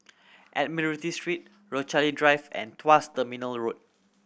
Admiralty Street Rochalie Drive and Tuas Terminal Road